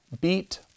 beat